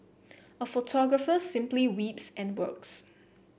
a photographer simply weeps and works